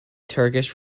turkish